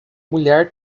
mulher